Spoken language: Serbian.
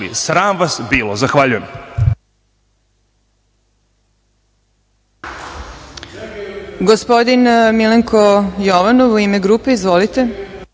Sram vas bilo. Zahvaljujem.